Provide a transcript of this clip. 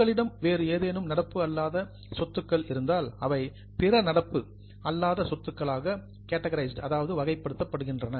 உங்களிடம் வேறு ஏதேனும் நடப்பு அல்லாத சொத்துக்கள் இருந்தால் அவை பிற நடப்பு அல்லாத சொத்துக்களாக கேட்டகிரிரைஸ்ட் வகைப்படுத்தப்படுகின்றன